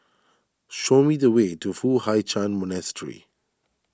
show me the way to Foo Hai Ch'an Monastery